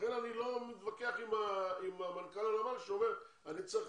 לכן אני לא מתווכח עם מנכ"ל הנמל שאומר שהוא צריך